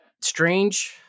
strange